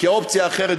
כי האופציה האחרת,